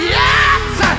Yes